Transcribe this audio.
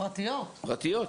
בבריכות פרטיות.